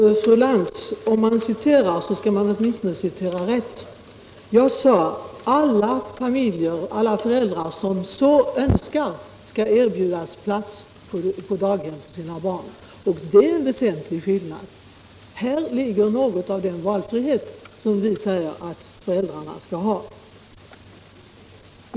Herr talman! Om man citerar skall man åtminstone citera rätt, fru Lantz. Jag sade att alla föräldrar som så önskar skall erbjudas plats på daghem för sina barn. Det är ju en väsentlig skillnad. Här ligger något av den valfrihet som vi säger att föräldrarna skall ha.